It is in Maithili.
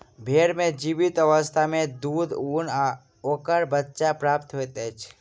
भेंड़ सॅ जीवित अवस्था मे दूध, ऊन आ ओकर बच्चा प्राप्त होइत अछि